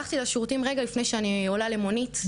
הלכתי לשירותים רגע לפני שאני עולה למונית.